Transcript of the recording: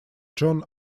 john